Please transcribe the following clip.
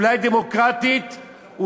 אולי דמוקרטית,